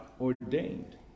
ordained